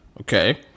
Okay